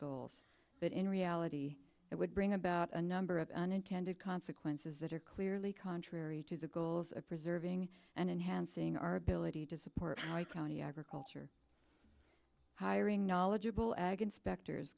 schools but in reality it would bring about a number of unintended consequences that are clearly contrary to the goals of preserving and enhancing our ability to support our county agriculture hiring knowledgeable ag and specters